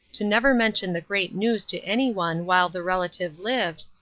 to never mention the great news to any one while the relative lived,